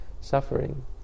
suffering